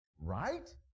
Right